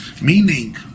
Meaning